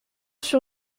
sur